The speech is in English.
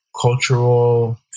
cultural